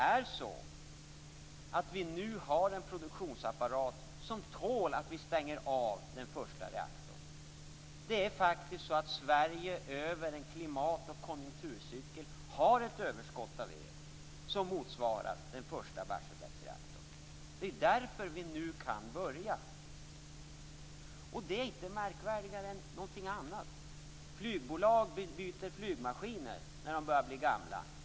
Vi har nu en produktionsapparat som tål att vi stänger av den första reaktorn. Det är faktiskt så att Sverige över en klimat och konjunkturcykel har ett överskott av el som motsvarar den första Barsebäcksreaktorn. Det är därför vi nu kan börja. Det är inte märkvärdigare än någonting annat. Flygbolag byter flygmaskiner när de börjar bli gamla.